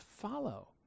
follow